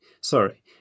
Sorry